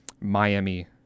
Miami